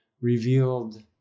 revealed